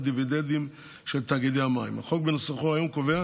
דיבידנדים של תאגידי המים: החוק בנוסחו היום קובע